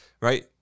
right